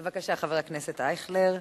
בבקשה, חבר הכנסת אייכלר,